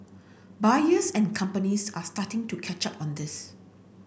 buyers and companies are starting to catch up on this